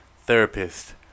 Therapist